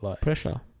Pressure